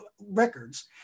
records